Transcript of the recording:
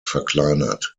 verkleinert